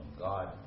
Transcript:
God